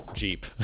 jeep